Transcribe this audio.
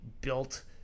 built